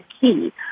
key